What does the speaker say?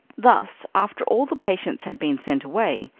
thus, after all the patients had been sent away,